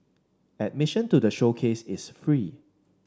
admission to the showcase is free